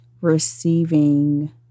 receiving